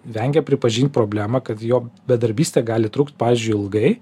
vengia pripažint problemą kad jo bedarbystė gali trukt pavyzdžiui ilgai